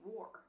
War